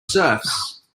surfs